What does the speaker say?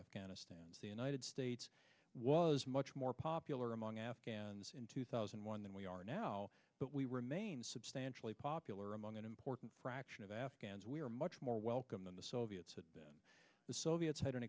afghanistan's the united states was much more popular among afghans in two thousand and one than we are now but we remain substantially popular among an important fraction of afghans we are much more welcome than the soviets that the soviets had an